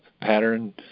pattern